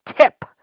TIP